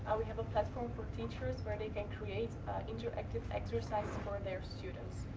we have platform for teachers, where they can create interactive exercises for their students,